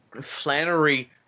Flannery